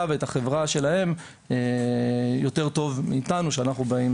ואת החברה שלהם יותר טוב מאיתנו שאנחנו באים